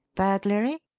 burglary?